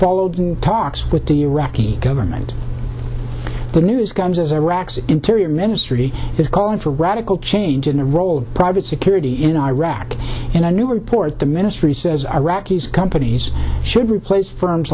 followed talks with the iraqi government the news comes as iraq's interior ministry is calling for radical change in the role of private security in iraq in a new report the ministry says iraqis companies should replace firms